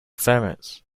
ferrets